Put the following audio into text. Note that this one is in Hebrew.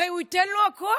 הרי נתניהו ייתן לו הכול.